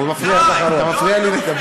הם מפריעים לי.